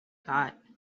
got